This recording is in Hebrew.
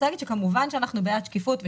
כמובן שאנחנו בעד שקיפות,